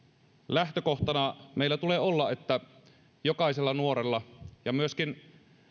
lähtökohtana meillä tulee olla että jokaisella nuorella ja myöskin